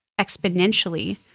exponentially